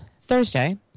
Thursday